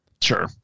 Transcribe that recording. sure